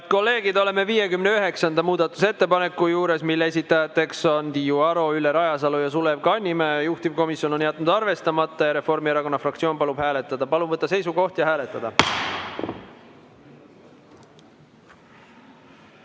kolleegid, oleme 59. muudatusettepaneku juures, mille esitajad on Tiiu Aro, Ülle Rajasalu ja Sulev Kannimäe. Juhtivkomisjon on jätnud selle arvestamata ja Reformierakonna fraktsioon palub seda hääletada. Palun võtta seisukoht ja hääletada!